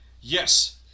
yes